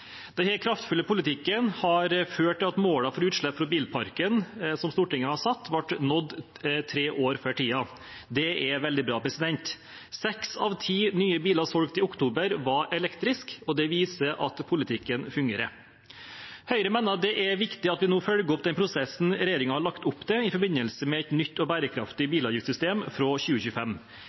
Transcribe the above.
kraftfulle politikken har ført til at målene for utslipp fra bilparken som Stortinget har satt, ble nådd tre år før tiden. Det er veldig bra. Seks av ti nye biler som ble solgt i oktober, var elektriske. Det viser at politikken fungerer. Høyre mener det er viktig at vi nå følger opp den prosessen regjeringen har lagt opp til i forbindelse med et nytt og bærekraftig bilavgiftssystem fra 2025.